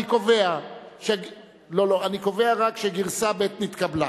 אני קובע רק שגרסה ב' נתקבלה.